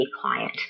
client